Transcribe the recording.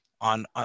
on